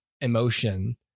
emotion